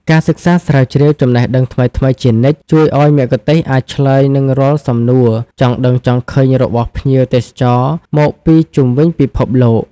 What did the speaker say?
ការសិក្សាស្រាវជ្រាវចំណេះដឹងថ្មីៗជានិច្ច ជួយឱ្យមគ្គុទ្ទេសក៍អាចឆ្លើយនឹងរាល់សំណួរចង់ដឹងចង់ឃើញរបស់ភ្ញៀវទេសចរមកពីជុំវិញពិភពលោក។